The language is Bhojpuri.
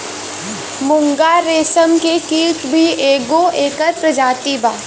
मूंगा रेशम के कीट भी एगो एकर प्रजाति बा